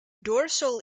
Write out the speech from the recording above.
dorsal